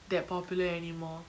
that popular anymore